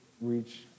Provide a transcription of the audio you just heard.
reach